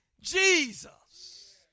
Jesus